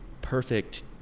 perfect